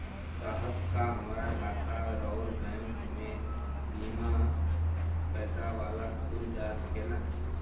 साहब का हमार खाता राऊर बैंक में बीना पैसा वाला खुल जा सकेला?